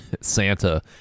Santa